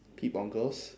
peep on girls